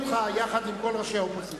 יחד עם כל ראשי האופוזיציה.